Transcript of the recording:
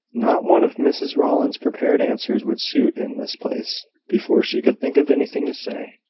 not one of mrs rowland's prepared answers would suit in this place. before she could think of anything to say,